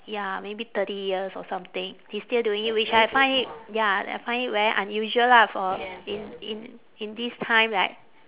ya maybe thirty years or something he's still doing it which I find it ya like I find it very unusual lah for in in in this time like